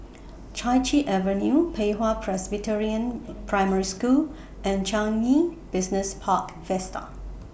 Chai Chee Avenue Pei Hwa Presbyterian Primary School and Changi Business Park Vista